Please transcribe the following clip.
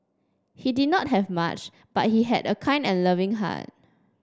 he did not have much but he had a kind and loving heart